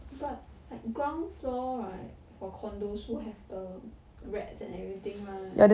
but like ground floor right for condos will have the rats and everything right